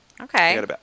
okay